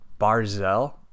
Barzell